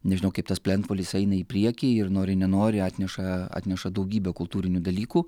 nežinau kaip tas plentvolis eina į priekį ir nori nenori atneša atneša daugybę kultūrinių dalykų